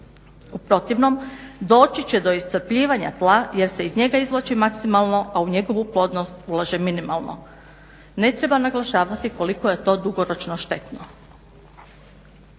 U protivnom doći će do iscrpljivanja tla jer se iz njega izvlači maksimalno, a u njegovu plodnost ulaže minimalno. Ne treba naglašavati koliko je to dugoročno štetno.